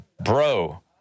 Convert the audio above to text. bro